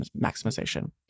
maximization